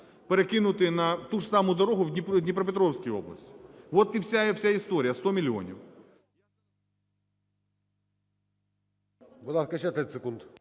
перекинути на ту ж саму дорогу в Дніпропетровській області. От і вся історія. 100 мільйонів.